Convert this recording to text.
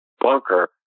bunker